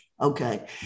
Okay